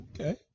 Okay